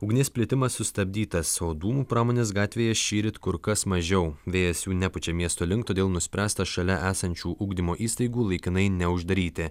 ugnis plitimas sustabdytas o dūmų pramonės gatvėje šįryt kur kas mažiau vėjas jų nepučia miesto link todėl nuspręsta šalia esančių ugdymo įstaigų laikinai neuždaryti